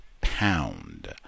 pound